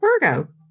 Virgo